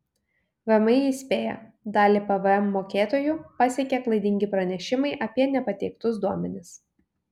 vmi įspėja dalį pvm mokėtojų pasiekė klaidingi pranešimai apie nepateiktus duomenis